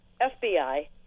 FBI